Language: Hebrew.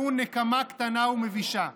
שהוא נקמה קטנה ומבישה,